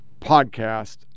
podcast